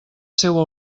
seua